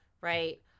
Right